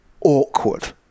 awkward